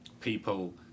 people